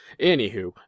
Anywho